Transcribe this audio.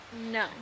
No